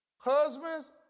Husbands